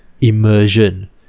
Immersion